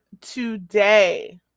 today